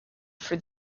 for